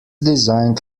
designed